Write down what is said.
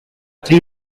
three